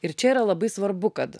ir čia yra labai svarbu kad